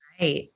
Right